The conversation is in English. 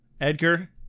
Edgar